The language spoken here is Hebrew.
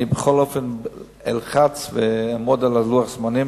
אני בכל אופן אלחץ ואעמוד על לוח הזמנים,